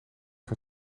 van